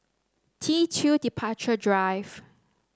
T Two Departure Drive